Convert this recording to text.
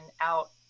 out